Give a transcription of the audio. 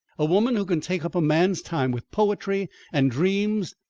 a woman who can take up a man's time, with poetry and dreams,